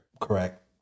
Correct